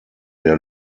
der